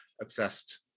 obsessed